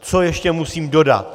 Co ještě musím dodat.